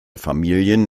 familien